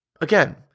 again